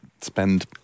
spend